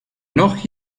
noch